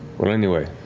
well, anyway.